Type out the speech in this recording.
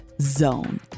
.zone